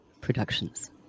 Productions